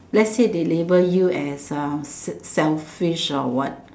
let's say they label you as a selfish or what